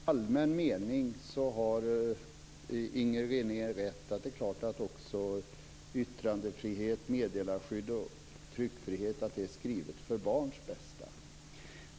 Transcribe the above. Fru talman! I en allmän mening har Inger René rätt. Det är klart att också yttrandefrihet, meddelarskydd och tryckfrihet är skrivna för barns bästa.